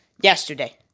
yesterday